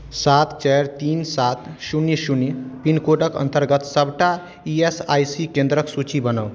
सात चारि तीन सात शून्य शून्य पिनकोडक अन्तर्गत सभटा ई एस आई सी केन्द्रक सूची बनाउ